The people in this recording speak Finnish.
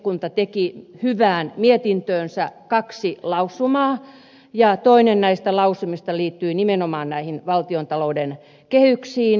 valiokunta teki hyvään mietintöönsä kaksi lausumaa ja toinen näistä lausumista liittyi nimenomaan näihin valtiontalouden kehyksiin